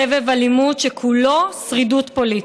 סבב אלימות שכולו שרידות פוליטית.